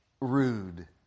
rude